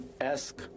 ask